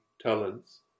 talents